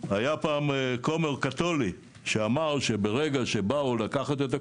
היה פעם כומר קתולי שאמר שברגע שבאו לקחת את הקומוניסטים,